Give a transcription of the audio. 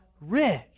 rich